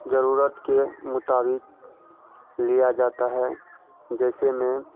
जरूरत के मुताबिक लिया जाता है जैसे मैं